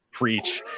preach